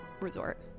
resort